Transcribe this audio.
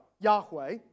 Yahweh